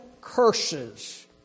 curses